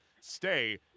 Stay